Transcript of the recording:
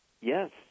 Yes